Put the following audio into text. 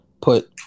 put